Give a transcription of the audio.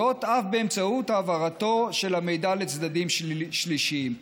זאת אף באמצעות העברתו של המידע לצדדים שלישיים.